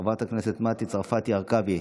חברת הכנסת מטי צרפתי הרכבי,